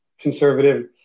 conservative